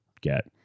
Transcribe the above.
get